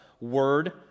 word